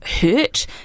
hurt